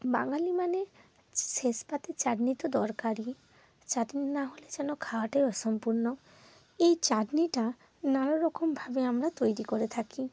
বাঙালি মানে শেষ পাতে চাটনি তো দরকারই চাটনি না হলে যেন খাওয়াটাই অসম্পূর্ণ এই চাটনিটা নানা রকমভাবে আমরা তৈরি করে থাকি